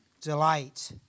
delight